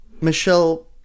Michelle